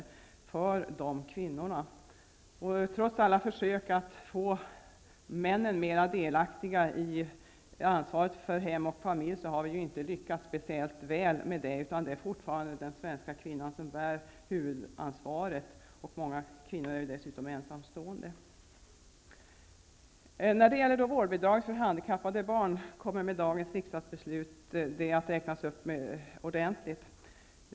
Trots alla försök har vi inte lyckats särskilt bra att få männen mer delaktiga i ansvaret för hem och familj, utan det är fortfarande kvinnan som bär huvudansvaret; många kvinnor är dessutom ensamstående. Vårdbidraget för handikappade barn kommer med dagens riksdagsbeslut att räknas upp betydligt.